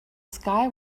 sky